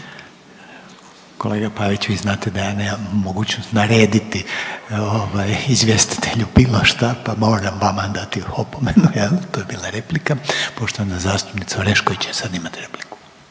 Kolega Pavić, vi znate da ja nemam mogućnost narediti ovaj izvjestitelju bilo šta pa moram vama dati opomenu, je li. To je bila replika. Poštovana zastupnica Orešković, sad imate repliku.